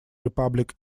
republic